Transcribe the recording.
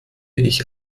ich